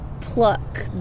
pluck